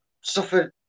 suffered